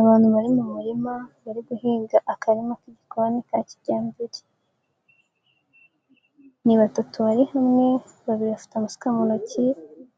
Abantu bari mu murima bari guhinga akarima k'igikoni ka kijyambere, ni batatu bari hamwe babiri bafite amasuka mu ntoki